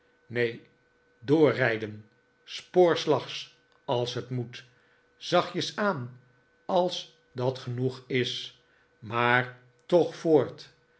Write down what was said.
neen doorrijden spoorslags als het moet zachtjes-aan als dat genoeg is maar toch voort